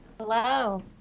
Hello